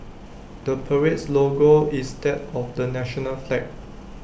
the parade's logo is that of the national flag